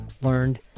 learned